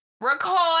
Record